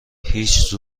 هیچ